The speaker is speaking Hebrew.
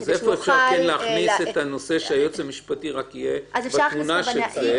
איפה אפשר להכניס שהיועץ המשפטי יהיה בתמונה של זה?